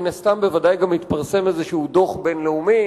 מן הסתם בוודאי גם יתפרסם איזה דוח בין-לאומי